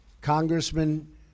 Congressman